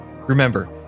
Remember